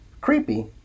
Creepy